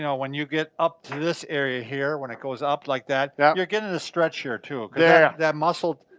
you know when you get up to this area here when it goes up like that, you're getting a stretch here too. yeah that muscle,